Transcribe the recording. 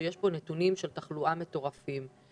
שיש פה נתונים מטורפים של תחלואה.